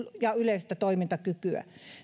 ja yleistä toimintakykyään